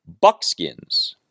Buckskins